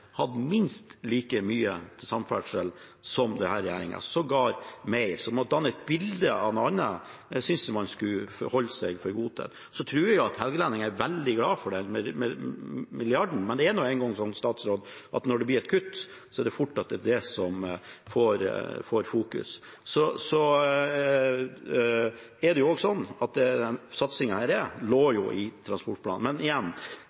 hadde minst like mye til samferdsel som denne regjeringen – sågar mer. Å danne et bilde av noe annet synes jeg man skulle holde seg for god til. Jeg tror at helgelendingene er veldig glad for denne milliarden, men det er nå en gang slik at når det blir et kutt, er det fort det man fokuserer på. Det er også slik at denne satsingen lå i transportplanen. Men igjen: Kan man, og vil statsråden være med på det,